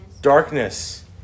Darkness